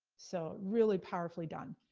so, really powerfully done.